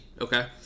okay